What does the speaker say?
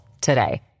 today